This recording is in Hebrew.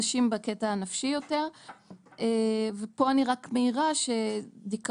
נשים בקטע הנפשי יותר ופה אני רק מעירה שדיכאון,